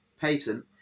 patent